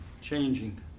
Changing